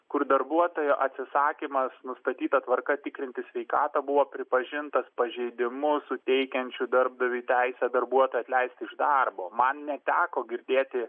kur darbuotojo atsisakymas nustatyta tvarka tikrintis sveikatą buvo pripažintas pažeidimu suteikiančiu darbdaviui teisę darbuotoją atleisti iš darbo man neteko girdėti